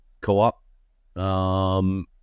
co-op